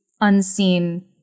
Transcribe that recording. unseen